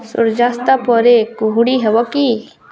ସୂର୍ଯ୍ୟାସ୍ତ ପରେ କୁହୁଡ଼ି ହେବ କି